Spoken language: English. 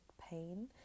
pain